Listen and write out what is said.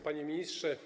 Panie Ministrze!